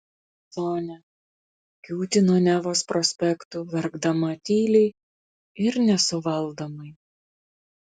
sonia kiūtino nevos prospektu verkdama tyliai ir nesuvaldomai